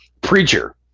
Preacher